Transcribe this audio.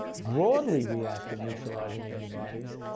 broadly reactive neutralizing antibodies,